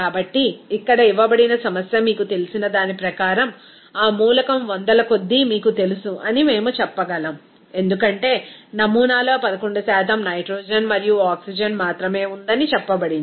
కాబట్టి ఇక్కడ ఇవ్వబడిన సమస్య మీకు తెలిసిన దాని ప్రకారం ఆ మూలకం వందల కొద్దీ మీకు తెలుసు అని మేము చెప్పగలం ఎందుకంటే నమూనాలో 11 నైట్రోజన్ మరియు ఆక్సిజన్ మాత్రమే ఉందని చెప్పబడింది